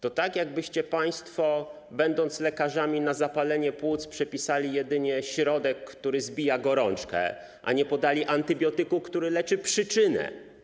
To tak jak byście państwo, będąc lekarzami, na zapalenie płuc przepisali jedynie środek, który zbija gorączkę, a nie antybiotyk, który leczy przyczynę.